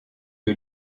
que